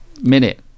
minute